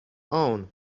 own